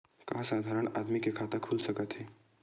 का साधारण आदमी के खाता खुल सकत हे?